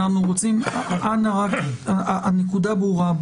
הנקודה ברורה.